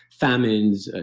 famines, ah